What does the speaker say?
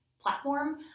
platform